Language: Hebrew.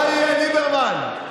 מה יהיה, ליברמן?